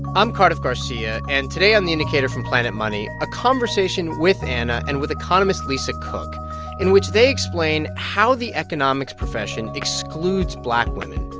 i'm cardiff garcia. and today on the indicator from planet money, a conversation with anna and with economist lisa cook in which they explain how the economics profession excludes black women,